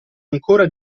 ancora